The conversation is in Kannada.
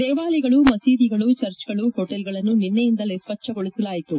ದೇವಾಲಯಗಳು ಮಸೀದಿಗಳು ಚರ್ಚ್ಗಳು ಹೋಟೆಲ್ಗಳನ್ನು ನಿನ್ನೆಯಿಂದಲೇ ಸ್ವಚ್ಛಗೊಳಿಸಲಾಯಿತು